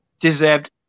deserved